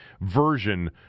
version